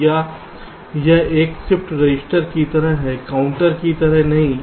या यह एक शिफ्ट रजिस्टर की तरह है काउंटर की तरह नहीं है